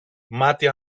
μάτι